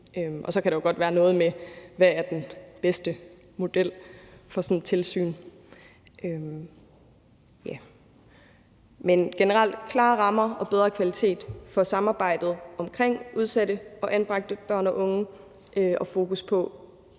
Og så kan der jo godt være noget med: Hvad er den bedste model for sådan et tilsyn? Men generelt kan vi selvfølgelig kun bakke op om klare rammer og bedre kvalitet for samarbejdet omkring udsatte og anbragte børn og unge og fokus på